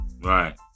right